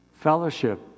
Fellowship